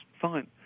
fine